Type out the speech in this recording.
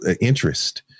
interest